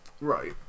Right